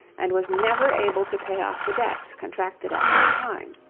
and was never able to pay off the debts contracted at that time.